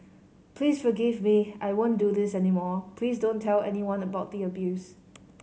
please forgive me I won't do this any more please don't tell anyone about the abuse